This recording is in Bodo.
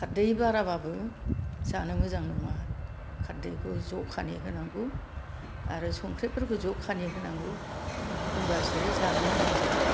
खारदै बाराबाबो जानो मोजां नङा खारदैखौ जखानि होनांगौ आरो संख्रिफोरखौ जखानि होनांगौ होमबासो जानो मोजां जायो